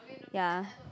ya